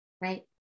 Right